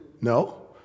No